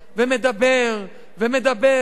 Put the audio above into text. ומדבר ומדבר,